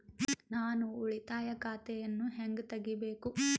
ನಾನು ಉಳಿತಾಯ ಖಾತೆಯನ್ನು ಹೆಂಗ್ ತಗಿಬೇಕು?